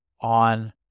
on